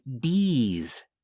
bees